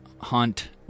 hunt